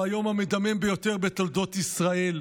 היום המדמם ביותר בתולדות ישראל,